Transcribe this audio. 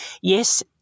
Yes